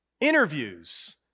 Interviews